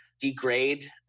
degrade